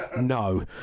no